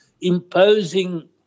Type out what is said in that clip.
imposing